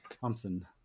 Thompson